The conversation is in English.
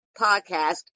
podcast